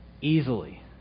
easily